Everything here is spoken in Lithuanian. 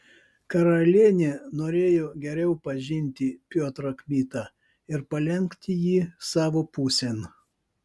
karalienė norėjo geriau pažinti piotrą kmitą ir palenkti jį savo pusėn